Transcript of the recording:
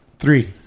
Three